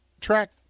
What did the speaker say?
track